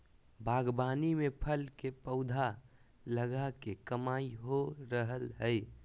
बागवानी में फल के पौधा लगा के कमाई हो रहल हई